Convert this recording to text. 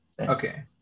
Okay